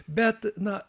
bet na